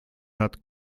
hat